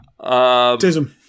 TISM